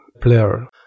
player